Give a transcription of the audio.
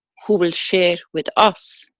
who will share with us,